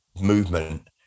movement